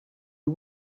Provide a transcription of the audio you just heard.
you